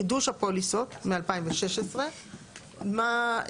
חידוש הפוליסות מ-2016 מה,